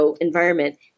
environment